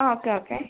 ಹಾಂ okay okay